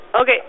Okay